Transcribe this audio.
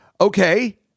okay